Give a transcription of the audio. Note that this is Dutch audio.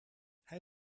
hij